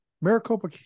Maricopa